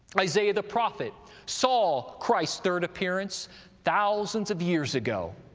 isaiah the prophet saw christ's third appearance thousands of years ago.